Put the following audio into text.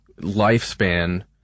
lifespan